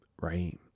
right